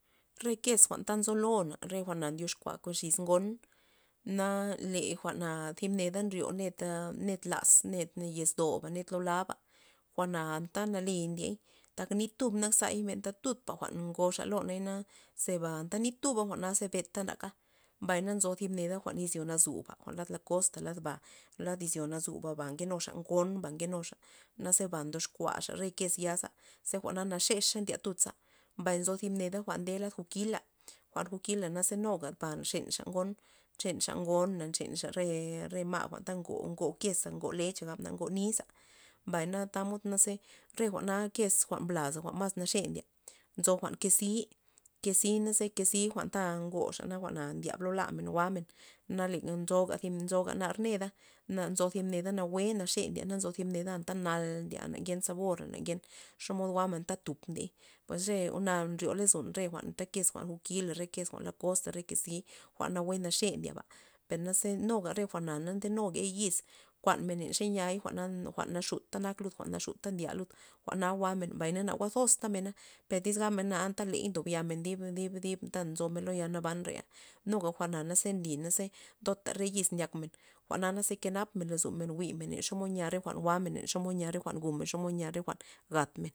Re kez jwa'n ta nzolona re jwa'na ndyoxkua kon xiz ngo, na le jwa'na thib neda nryo na neda- ned laz ned lad yez doba ned loo laba, jwa'na anta nale ndiey tak nit tub nak zay benta tud pa jwa'n ngoxa loney na anta zeba anta nit tuba jwa'na benta ntaka mbay nzo thib neda jwa'n izyo nazuba lad la kosta lad laba lad izyo nazuba ba nkenuxa ngon mba nkenuxa naze ba ndoxkuaxa re kez yaza ze jwa'na naxexa ndya tudza, mbay nzo thib neda jwa'nde lad jukila jukila jwa'na naze nuga ba nxenxa ngon nxenxa ngon nxenxa re- re ma' jwa'nta ngo- ngo keza ngo lexa gabna niza mbay tamod naze re kes jwa'n blaz mas naxe ndye nzo jwa'n kesi, kesi naze kesi jwa'nta na ngoxa na jwa'na ndyab lo lamen jwa'men na nzoga jwa'n nar neda na nzo thib neda nawue naxe ndya mbay nzo thib neda antanal ndye anagen sabora anagen xomod jwa'men anta tuk ndiey pues re jwa'na nryo lozon re jwa'n kes jukila re kes jwa'n la kosta re kes nazi jwa'n nawue naxe ndyeba perna nuga re jwa'na naga ndegey yiz kuanmen naxe niay na jwa'n naxutka nak lud jwa'n naxutka ndya lud jwa'na jwa'men mbay na jwa'zos tamena per tyz gabna ley ndob yamen did- dib ta nzomen lo yal nabana reya nuga jwa'na naze nly ndota re yiz ndyakmen jwa'na ze kenapmen lozomen jwi'men xenya jwa'n jwa'men len xomod nya jwu'men xomod nya gatmen.